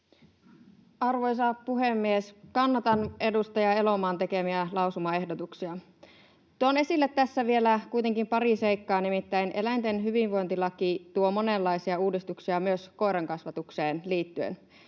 Arvoisa puhemies! Kannatan edustaja Elomaan tekemiä lausumaehdotuksia. Tuon esille tässä vielä kuitenkin pari seikkaa, nimittäin eläinten hyvinvointilaki tuo monenlaisia uudistuksia myös koirankasvatukseen liittyen.